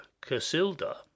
Casilda